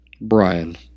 Brian